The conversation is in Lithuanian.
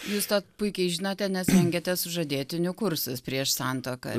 jūs tą puikiai žinote nes rengiate sužadėtinių kursus prieš santuoką